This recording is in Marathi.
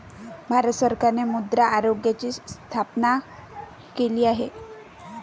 भारत सरकारने मृदा आरोग्याची स्थापना केली आहे